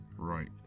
Right